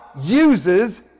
uses